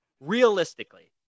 realistically